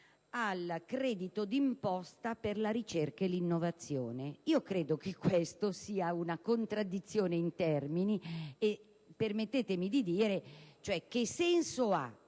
al credito d'imposta per la ricerca e l'innovazione: credo che questa sia una contraddizione in termini. Permettetemi di dire che non ha